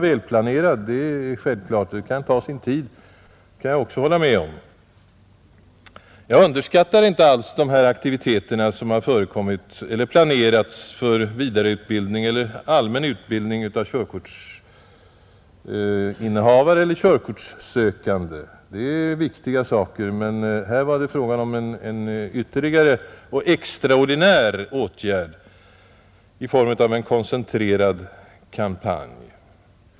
En sådan kampanj skall naturligtvis vara välplanerad och detta kan ta sin tid — det kan jag också hålla med om. Jag underskattar inte de aktiviteter som planerats för allmänutbildning av körkortsinnehavare eller körkortssökande, Det är viktiga saker. Här var det dock fråga om en ytterligare och extraordinär åtgärd i form av en koncentrerad kampanj.